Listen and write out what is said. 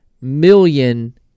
million